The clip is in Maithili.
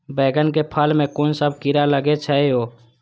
बैंगन के फल में कुन सब कीरा लगै छै यो?